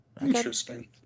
Interesting